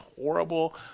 horrible